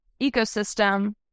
ecosystem